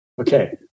Okay